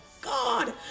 god